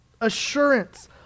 Assurance